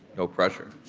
no pressure